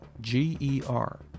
G-E-R